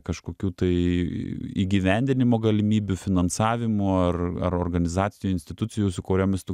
kažkokių tai įgyvendinimo galimybių finansavimo ar ar organizacijų institucijų su kuriomis tu